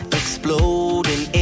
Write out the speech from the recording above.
exploding